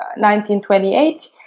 1928